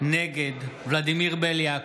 נגד ולדימיר בליאק,